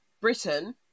britain